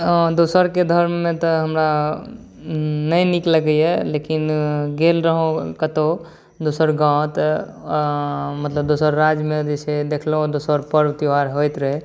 अँ दोसरके धर्ममे तऽ हमरा नहि नीक लगैए लेकिन गेल रहौँ कतहु दोसर गाम तऽ अँ मतलब दोसर राजमे जे छै देखलहुँ दोसर पर्व त्योहार होइत रहै